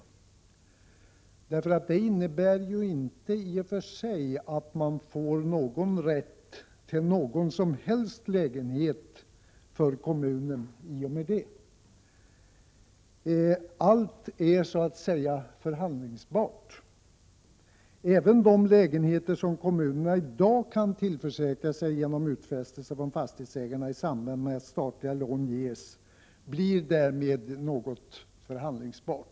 Det innebär ju inte i och för sig någon som helst rätt för kommunen att förfoga över någon lägenhet. Allting är förhandlingsbart. Även de lägenheter som kommunerna i dag kan tillförsäkra sig genom utfästelse från fastighetsägarna i samband med att statliga lån ges blir därmed förhandlingsbara.